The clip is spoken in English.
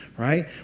right